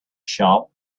shop